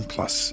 Plus